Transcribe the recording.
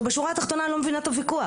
שבשורה התחתונה אני לא מבינה את הוויכוח.